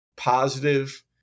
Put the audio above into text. positive